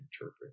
interpret